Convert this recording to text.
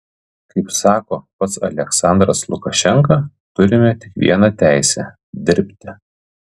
kaip sako pats aliaksandras lukašenka turime tik vieną teisę dirbti